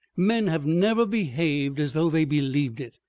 men have never behaved as though they believed it.